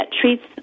treats